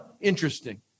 interesting